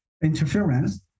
interference